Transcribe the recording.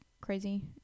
crazy